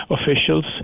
officials